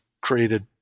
created